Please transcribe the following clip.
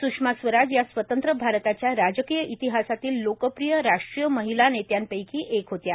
सुषमा स्वराज या स्वतंत्र भारताच्या राजकीय इतिहासातील लोकप्रिय राष्ट्रीय महिला नेत्यांपैकी एक होत्या